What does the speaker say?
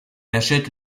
achète